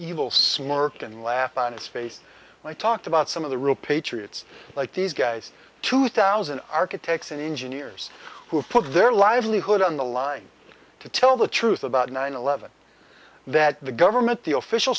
evil smirk and laugh on his face when i talked about some of the real patriots like these guys two thousand architects and engineers who put their livelihood on the line to tell the truth about nine eleven that the government the official